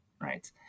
right